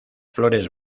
flores